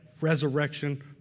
resurrection